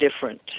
different